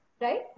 Right